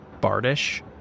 Bardish